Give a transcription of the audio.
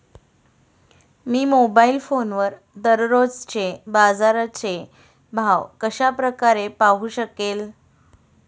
मी mobile फोनवर दररोजचे बाजाराचे भाव कशा प्रकारे पाहू शकेल?